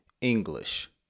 English